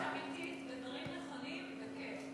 כל עוד זה ביקורת אמיתית ודברים נכונים, בכיף.